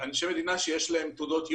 אנשי מדינה שיש להם תעודות יושר,